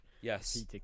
Yes